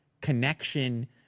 connection